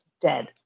dead